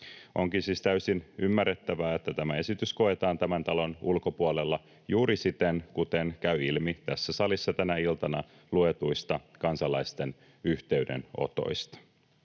Onkin siis täysin ymmärrettävää, että tämä esitys koetaan tämän talon ulkopuolella juuri siten, kuten käy ilmi tässä salissa tänä iltana luetuista kansalaisten yhteydenotoista.